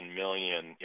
million